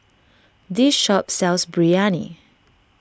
this shop sells Biryani